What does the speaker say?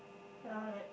ye like